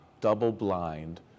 double-blind